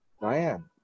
Diane